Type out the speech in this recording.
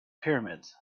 pyramids